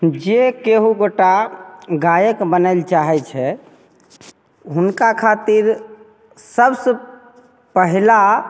जे केहू गोटा गायक बनल चाहय छै हुनका खातिर सबसँ पहिला